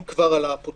אם כבר על האפוטרופוס,